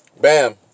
Bam